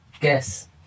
Guess